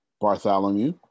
Bartholomew